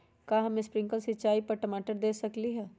का हम स्प्रिंकल सिंचाई टमाटर पर दे सकली ह?